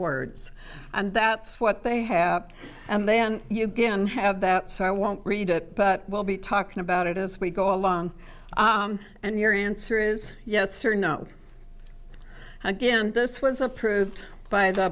words and that's what they have and then you get and have about so i won't read it but we'll be talking about it as we go along and your answer is yes or no again this was approved by the